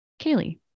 Kaylee